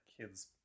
kid's